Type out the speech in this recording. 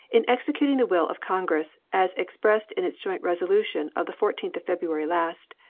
in executing the will of congress, as expressed in its joint resolution of the fourteenth of february last,